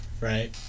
right